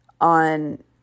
on